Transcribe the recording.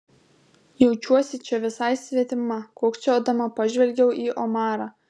jaučiuosi čia visai svetima kukčiodama pažvelgiau į omarą